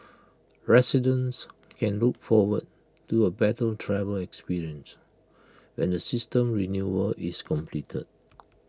residents can look forward to A better travel experience when the system renewal is completed